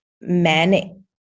men